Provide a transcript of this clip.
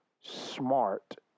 smart